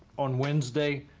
on wednesday,